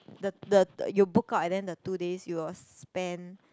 the the you book out and then the two days you will spend